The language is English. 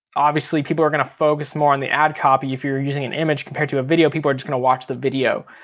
obviously people are gonna focus more on the ad copy if you're using an image compared to a video. people are just gonna watch the video.